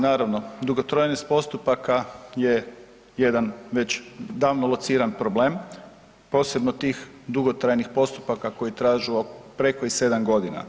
Naravno dugotrajnost postupaka je jedan već davno lociran problem posebno tih dugotrajnih postupaka koji traju preko 7 godina.